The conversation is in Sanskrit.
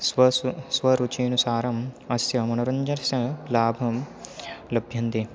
स्व स्व स्वरुचेः अनुसारम् अस्य मनोरञ्जरस्य लाभं लभ्यन्ते